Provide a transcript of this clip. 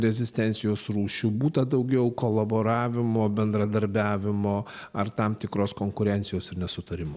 rezistencijos rūšių būta daugiau kolaboravimo bendradarbiavimo ar tam tikros konkurencijos ir nesutarimų